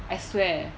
I swear